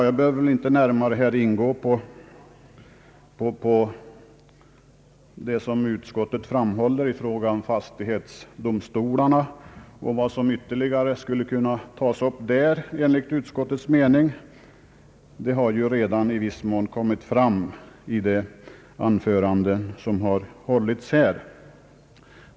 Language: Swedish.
Jag behöver inte närmare här ingå på det som utskottet framhåller i fråga om fastighetsdomstolarna och vad som ytterligare skulle kunna tas upp där enligt utskottets mening — detta har ju redan i viss mån kommit fram i de anföranden som här hållits.